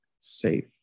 safe